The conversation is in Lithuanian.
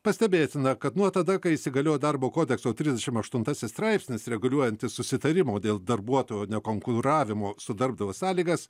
pastebėtina kad nuo tada kai įsigaliojo darbo kodekso trisdešim aštuntasis straipsnis reguliuojantis susitarimo dėl darbuotojo nekonkuravimo su darbdaviu sąlygas